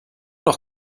noch